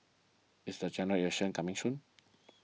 is the General Election coming soon